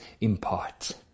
impart